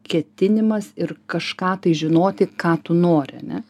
ketinimas ir kažką tai žinoti ką tu nori ane